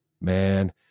man